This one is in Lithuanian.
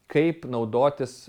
kaip naudotis